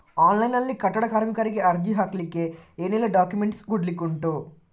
Online ನಲ್ಲಿ ಕಟ್ಟಡ ಕಾರ್ಮಿಕರಿಗೆ ಅರ್ಜಿ ಹಾಕ್ಲಿಕ್ಕೆ ಏನೆಲ್ಲಾ ಡಾಕ್ಯುಮೆಂಟ್ಸ್ ಕೊಡ್ಲಿಕುಂಟು?